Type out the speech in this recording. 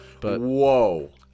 Whoa